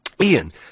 Ian